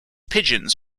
pigeons